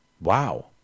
wow